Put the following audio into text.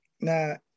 Now